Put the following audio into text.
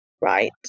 right